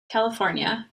california